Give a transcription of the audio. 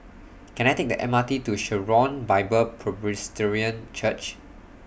Can I Take The M R T to Sharon Bible Presbyterian Church